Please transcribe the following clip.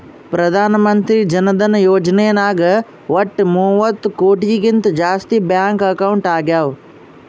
ಪ್ರಧಾನ್ ಮಂತ್ರಿ ಜನ ಧನ ಯೋಜನೆ ನಾಗ್ ವಟ್ ಮೂವತ್ತ ಕೋಟಿಗಿಂತ ಜಾಸ್ತಿ ಬ್ಯಾಂಕ್ ಅಕೌಂಟ್ ಆಗ್ಯಾವ